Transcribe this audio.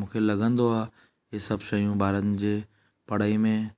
मूंखे लॻंदो आहे इहे सभु शयूं ॿारनि जे पढ़ाईअ में